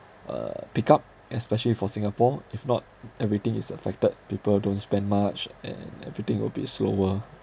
uh pick up especially for singapore if not everything is affected people don't spend much and everything will be slower